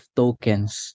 tokens